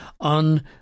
on